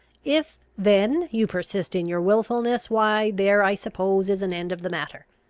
if then you persist in your wilfulness, why there, i suppose, is an end of the matter.